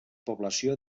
població